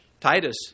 Titus